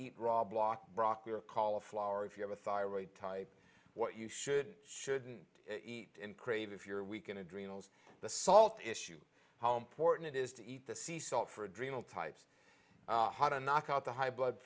eat raw block broccoli or cauliflower if you have a thyroid type what you should shouldn't eat in crave if you're weak in a dream the salt issue how important it is to eat the sea salt for adrenal types how to knock out the high blood